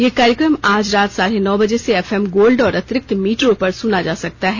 यह कार्यक्रम आज रात साढ़े नौ बजे से एफएम गोल्ड और अतिरिक्त मीटरों पर सुना जा सकता है